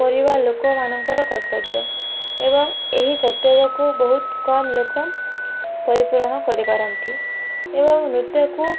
କରିବା ଲୋକମାନକଙ୍କର କର୍ତ୍ତବ୍ୟ ଏବଂ ଏହି କର୍ତ୍ତ୍ୟବ୍ୟକୁ ବହୁତ କମ୍ ଲୋକ ପରିପୂରଣ କରିପାରନ୍ତି ଏବଂ ନୃତ୍ୟକୁ